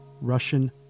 Russian